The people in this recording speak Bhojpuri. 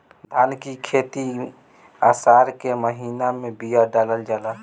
धान की खेती आसार के महीना में बिया डालल जाला?